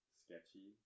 sketchy